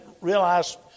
realize